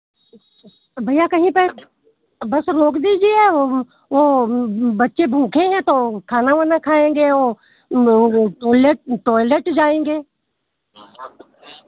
भैया कहीं पर बस रोक दीजिए वो बच्चे भूखे हैं तो खाना वाना खाएंगे टोयलेट टोयलेट जाएंगे